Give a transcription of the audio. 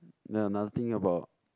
then another thing about